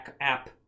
app